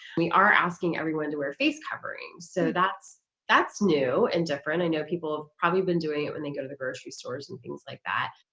we are asking everyone to wear a face covering. so that's that's new and different. i know people have probably been doing it when they go to the grocery stores and things like that.